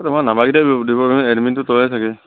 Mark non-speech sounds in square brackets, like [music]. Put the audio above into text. [unintelligible] তোমাৰ নম্বৰ [unintelligible] দিবি এডমিনটো তইয়ে চাগে